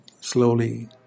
slowly